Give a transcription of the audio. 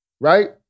right